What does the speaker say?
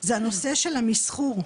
הוא הנושא של המסחור.